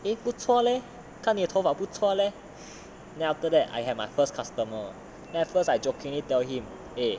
eh 不错 leh 看你头发不错 leh then after that I had my first customer then at first I jokingly tell him